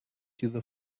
diese